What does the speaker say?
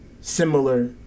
similar